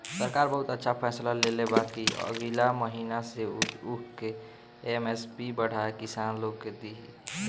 सरकार बहुते अच्छा फैसला लेले बा कि अगिला महीना से उ ऊख के एम.एस.पी बढ़ा के किसान लोग के दिही